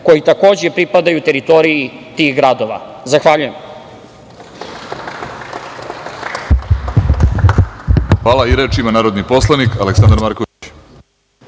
koja takođe pripadaju teritoriji tih gradova? Zahvaljujem.